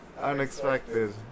Unexpected